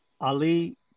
Ali